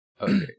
Okay